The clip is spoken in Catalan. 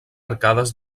arcades